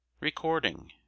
Recording